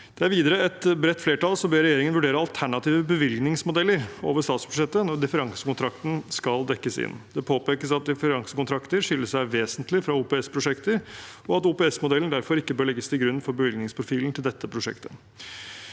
er videre et bredt flertall som ber regjeringen vurdere alternative bevilgningsmodeller over statsbudsjettet når differansekontrakten skal dekkes inn. Det påpekes at differansekontrakter skiller seg vesentlig fra OPS-prosjekter, og at OPS-modellen derfor ikke bør legges til grunn for bevilgningsprofilen til dette prosjektet.